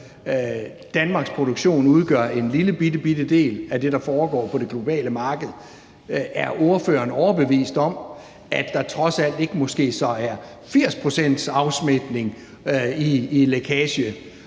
Danmarks produktion udgør en lillebitte del af det, der foregår på det globale marked. Tror ordføreren ikke, at der så trods alt måske er 80 pct.s afsmitning i lækage?